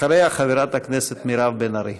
אחריה, חברת הכנסת מירב בן ארי.